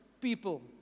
people